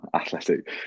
athletic